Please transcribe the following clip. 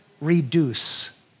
reduce